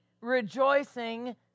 rejoicing